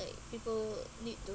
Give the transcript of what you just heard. like people need to